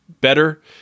better